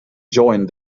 joined